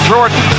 Jordan